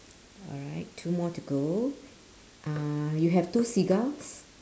alright two more to go uh you have two seagulls